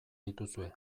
dituzue